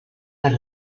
les